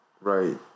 right